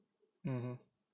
(uh huh)